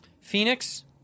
Phoenix